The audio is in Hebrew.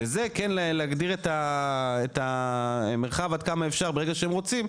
וזה כן להגדיר את המרחב עד כמה אפשר ברגע שהם רוצים,